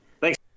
Thanks